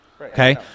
Okay